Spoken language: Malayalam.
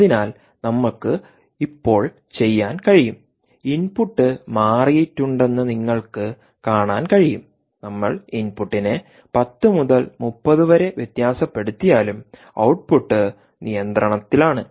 അതിനാൽ നമ്മൾക്ക് ഇപ്പോൾ ചെയ്യാൻ കഴിയും ഇൻപുട്ട് മാറിയിട്ടുണ്ടെന്ന് നിങ്ങൾക്ക് കാണാൻ കഴിയും നമ്മൾ ഇൻപുട്ടിനെ 10 മുതൽ 30 വരെ വ്യത്യാസപ്പെടുത്തിയാലും ഔട്ട്പുട്ട് നിയന്ത്രണത്തിലാണ്